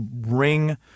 Ring